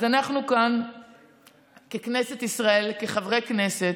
אז אנחנו כאן ככנסת ישראל, כחברי כנסת,